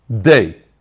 day